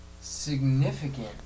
significant